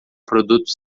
produtos